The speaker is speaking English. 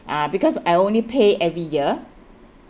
uh because I only pay every year